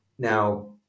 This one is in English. Now